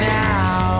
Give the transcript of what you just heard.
now